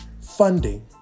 funding